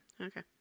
Okay